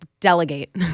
delegate